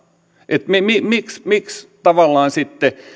niin miksi tavallaan sitten